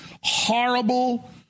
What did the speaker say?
horrible